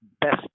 best